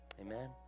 Amen